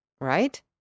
Right